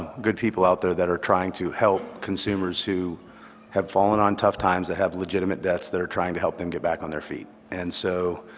good people out there that are trying to help consumers who have fallen on tough times, that have legitimate debts, that are trying to help them get back on their feet. and so